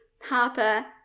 Harper